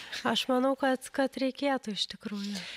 aš manau kad kad reikėtų iš tikrųjų